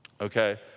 okay